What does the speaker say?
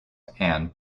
and